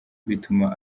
bituma